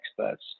experts